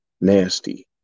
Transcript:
nasty